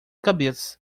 cabeça